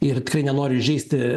ir tikrai nenoriu įžeisti